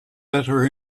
better